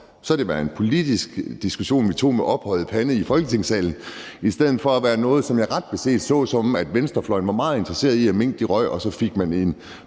det været en politisk diskussion, vi tog med oprejst pande i Folketingssalen, i stedet for at være noget, som jeg ret beset så sådan, at venstrefløjen var meget interesseret i, at minkene røg ud, og så fik man en